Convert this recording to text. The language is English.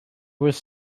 was